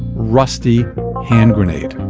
rusty hand grenade